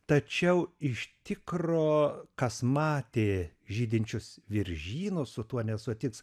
tačiau iš tikro kas matė žydinčius viržynus su tuo nesutiks